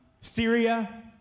Syria